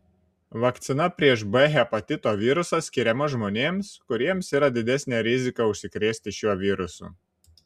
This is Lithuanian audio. vakcina prieš b hepatito virusą skiriama žmonėms kuriems yra didesnė rizika užsikrėsti šiuo virusu